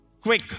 Quick